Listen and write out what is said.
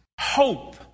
hope